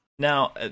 Now